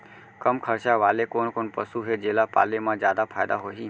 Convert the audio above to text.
कम खरचा वाले कोन कोन पसु हे जेला पाले म जादा फायदा होही?